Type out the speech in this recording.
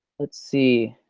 let's see,